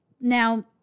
Now